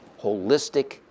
holistic